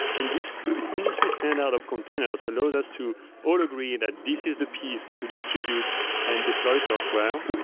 and this this industry standout of containers allows us to all agree that this is the piece to distribute and deploy software,